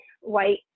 white